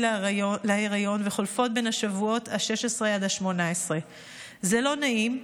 להריון וחולפות בשבועות 16 18. זה לא נעים,